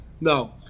No